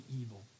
evil